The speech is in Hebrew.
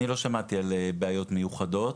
אני לא שמעתי על בעיות מיוחדות,